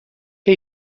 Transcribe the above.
què